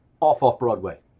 Off-Off-Broadway